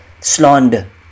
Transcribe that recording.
slander